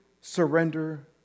surrender